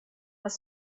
was